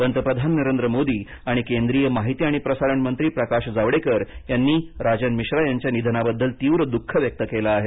पंतप्रधान नरेंद्र मोदी आणि केंद्रीय माहिती आणि प्रसारण मंत्री प्रकाश जावडेकर यांनी राजन मिश्रा यांच्या निधनाबद्दल तीव्र दूख व्यक्त केलं आहे